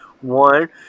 one